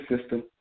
system